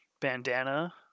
bandana